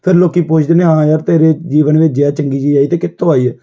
ਫਿਰ ਲੋਕ ਪੁੱਛਦੇ ਨੇ ਹਾਂ ਯਾਰ ਤੇਰੇ ਜੀਵਨ ਵਿੱਚ ਜੇ ਆਹ ਚੰਗੀ ਚੀਜ਼ ਆਈ ਤਾਂ ਕਿੱਥੋਂ ਆਈ ਹੈ